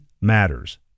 matters